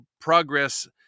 progress